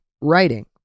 writing